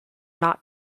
not